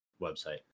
website